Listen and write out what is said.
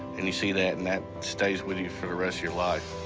and you see that, and that stays with you for the rest of your life.